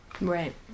Right